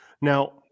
Now